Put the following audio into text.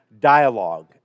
dialogue